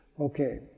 Okay